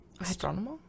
Astronomer